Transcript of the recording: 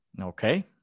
Okay